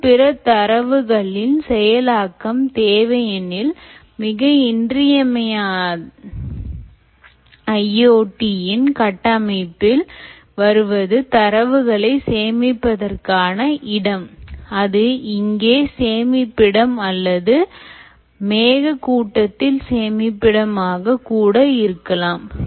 இன்னும் பிற தரவுகளின் செயலாக்கம் தேவை எனில் மிக இன்றியமையா IoT இன் கட்டமைப்பில் வருவது தரவுகளை சேமிப்பதற்கான இடம் அது இங்கே சேமிப்பிடம் அல்லது மேக கட்டத்தில் சேமிப்பிடம் ஆக கூட இருக்கலாம்